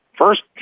First